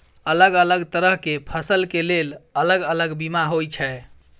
अलग अलग तरह केँ फसल केँ लेल अलग अलग बीमा होइ छै?